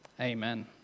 Amen